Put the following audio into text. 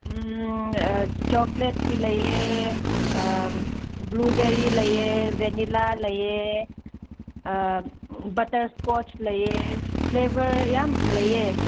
ꯆꯣꯀ꯭ꯂꯦꯠꯀꯤ ꯂꯩꯌꯦ ꯕ꯭ꯂꯨꯕꯦꯔꯤ ꯂꯩꯌꯦ ꯕꯦꯅꯤꯜꯂꯥ ꯂꯩꯌꯦ ꯕꯠꯇꯔꯁ꯭ꯀꯣꯁ ꯂꯩꯌꯦ ꯐꯐꯂꯦꯕꯔ ꯌꯥꯝ ꯂꯩꯌꯦ